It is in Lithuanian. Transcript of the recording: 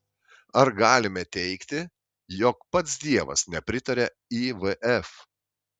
ar galime teigti jog pats dievas nepritaria ivf